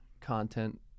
content